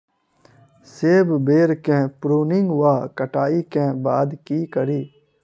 सेब बेर केँ प्रूनिंग वा कटाई केँ बाद की करि?